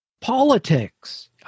Politics